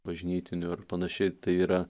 bažnytinių ir panašiai tai yra